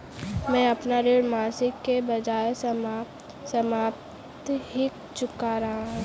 मैं अपना ऋण मासिक के बजाय साप्ताहिक चुका रहा हूँ